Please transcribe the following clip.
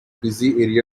busy